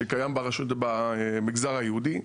שקיים במגזר היהודי,